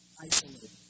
isolated